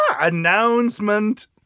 Announcement